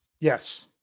Yes